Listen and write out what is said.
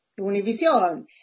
univision